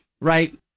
right